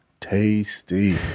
tasty